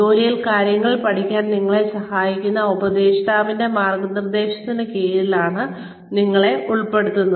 ജോലിയിൽ കാര്യങ്ങൾ പഠിക്കാൻ നിങ്ങളെ സഹായിക്കുന്ന ഒരു ഉപദേഷ്ടാവിന്റെ മാർഗനിർദേശത്തിന് കീഴിലാണ് നിങ്ങളെ ഉൾപ്പെടുത്തുന്നത്